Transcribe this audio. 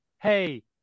Hey